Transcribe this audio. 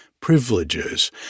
privileges